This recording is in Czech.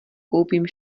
koupím